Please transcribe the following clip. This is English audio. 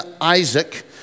Isaac